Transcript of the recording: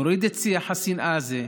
נוריד את שיח השנאה הזה,